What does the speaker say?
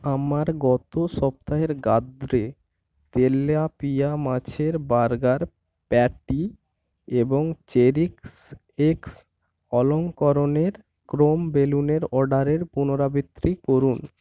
আমার গত সপ্তাহের গাদ্রে তেলাপিয়া মাছের বার্গার প্যাটি এবং চেরিক্স এক্স অলঙ্করণের ক্রোম বেলুনের অর্ডারের পুনরাবৃত্তি করুন